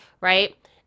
right